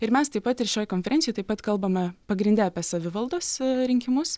ir mes taip pat ir šioj konferencijoj taip pat kalbame pagrinde apie savivaldos rinkimus